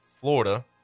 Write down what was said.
Florida